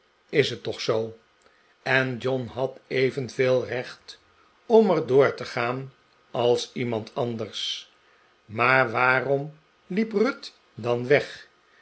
is het toch zoo en john had evenveel recht om er door te gaan als iemand anders maar waarom liep ruth dan weg